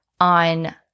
on